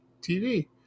TV